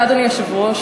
אדוני היושב-ראש,